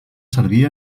servir